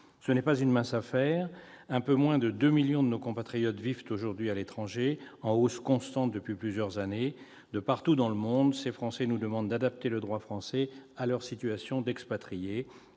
Ce n'est pas une mince affaire ! Un peu moins de 2 millions de nos compatriotes vivent aujourd'hui à l'étranger, une proportion en hausse constante depuis plusieurs années. Partout dans le monde, ces Français nous demandent d'adapter le droit français à leur situation d'expatriés.